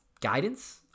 guidance